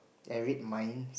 and read minds